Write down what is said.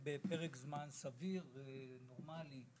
ואני מעוניין